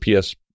PS